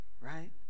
right